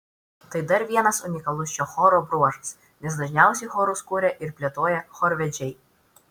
tai dar vienas unikalus šio choro bruožas nes dažniausiai chorus kuria ir plėtoja chorvedžiai